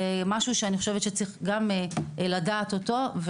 זה משהו שאני חושבת שצריך לדעת אותו,